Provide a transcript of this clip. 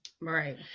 right